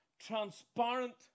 transparent